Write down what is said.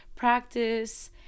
practice